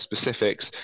specifics